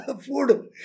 food